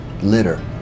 litter